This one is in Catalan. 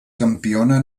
campiona